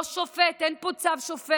לא שופט, אין פה צו שופט.